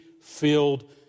filled